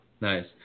nice